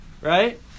Right